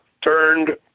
turned